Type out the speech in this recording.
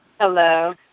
Hello